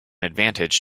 advantage